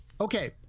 Okay